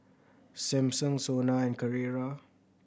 Samsung SONA and Carrera